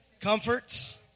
comforts